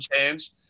change